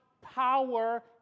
power